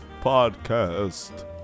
podcast